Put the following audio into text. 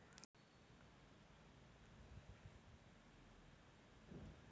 ತರಕಾರಿಗಳಿಗೆ ರೋಗಗಳು ಬರದಂತೆ ಹೇಗೆ ನಿಯಂತ್ರಿಸುವುದು?